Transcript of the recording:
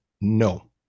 No